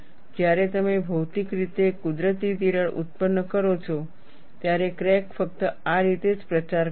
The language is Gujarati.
જ્યારે તમે ભૌતિક રીતે કુદરતી તિરાડ ઉત્પન્ન કરો છો ત્યારે ક્રેક ફક્ત આ રીતે જ પ્રચાર કરશે